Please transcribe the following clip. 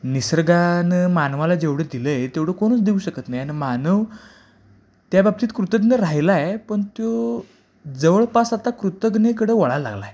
निसर्गानं मानवाला जेवढं दिलं आहे तेवढं कोणच देऊ शकत नाही आन मानव त्या बाबतीत कृतज्ञ राहिला आहे पण तो जवळपास आता कृतगनेकडं वळा लागला आहे